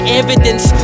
evidence